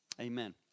Amen